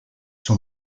sont